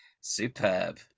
superb